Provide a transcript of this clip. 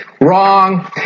Wrong